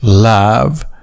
Love